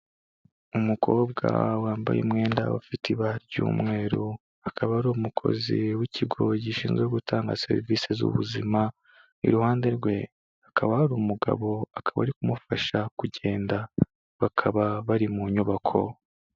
Umukobwa wambaye umwenda ufite ibara ry'umweru akaba ari umukozi w'ikigo gishinzwe gutanga serivisi z'ubuzima, iruhande rwe hakaba hari umugabo akaba ari kumufasha kugenda bakaba bari mu nyubako.